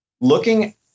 looking